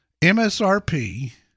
MSRP